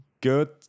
good